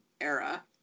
era